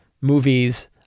movies